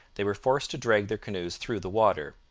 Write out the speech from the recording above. they were forced to drag their canoes through the water.